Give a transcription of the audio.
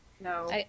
No